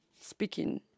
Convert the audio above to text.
speaking